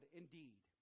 indeed